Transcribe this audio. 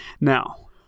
Now